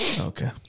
Okay